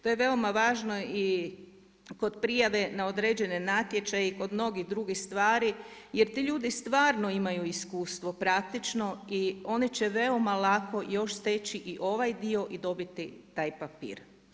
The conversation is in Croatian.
To je veoma važno i kod prijave na određene natječaje i kod mnogih drugih stvari jer ti ljudi stvarno imaju iskustvo praktično, i oni će veoma lako još steći ovaj dio i dobiti taj papir.